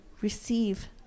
receive